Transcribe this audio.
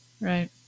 Right